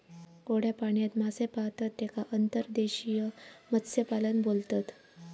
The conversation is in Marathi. गोड्या पाण्यात मासे पाळतत तेका अंतर्देशीय मत्स्यपालन बोलतत